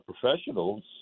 professionals